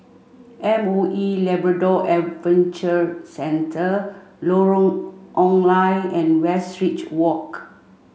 M O E Labrador Adventure Centre Lorong Ong Lye and Westridge Walk